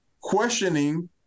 questioning